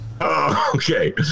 Okay